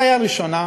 הבעיה הראשונה,